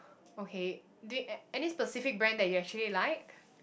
okay do any specific brand that you actually like